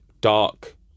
dark